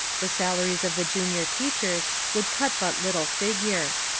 the salaries of the junior teachers would cut but lit tle figure.